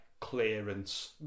clearance